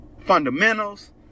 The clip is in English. fundamentals